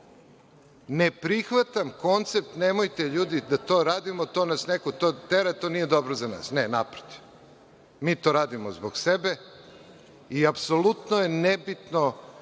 prihvatam koncept – nemojte ljudi da to radimo, to nas neko tera to nije dobro za nas, ne naprotiv, mi to radimo zbog sebe i apsolutno je nebitno